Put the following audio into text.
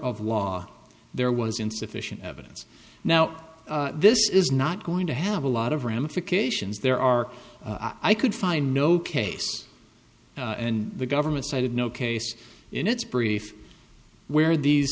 of law there was insufficient evidence now this is not going to have a lot of ramifications there are i could find no case and the government cited no case in its brief where these